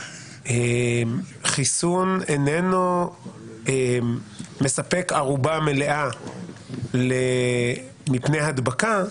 שחיסון איננו מספק ערובה מלאה מפני הדבקה,